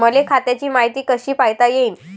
मले खात्याची मायती कशी पायता येईन?